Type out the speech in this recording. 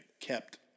kept –